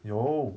有